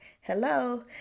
Hello